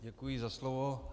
Děkuji za slovo.